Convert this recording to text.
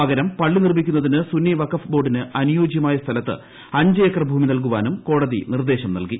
പകരം പള്ളി നിർമ്മിക്കുന്നതിന് സുന്നി വഖഫ് ബോർഡിന് അനുയോജ്യമായ സ്ഥലത്ത് അഞ്ച് ഏക്കർ ഭൂമി നൽകുവാനും കോടതി നിർദ്ദേശം നൽകി